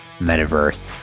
Metaverse